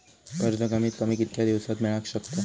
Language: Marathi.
कर्ज कमीत कमी कितक्या दिवसात मेलक शकता?